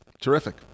Terrific